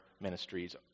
ministries